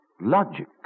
Logic